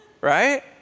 Right